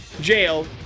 jail